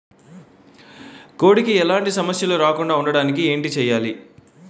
కోడి కి ఎలాంటి సమస్యలు రాకుండ ఉండడానికి ఏంటి చెయాలి?